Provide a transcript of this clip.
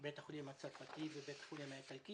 בית החולים הצרפתי ובית החולים האיטלקי.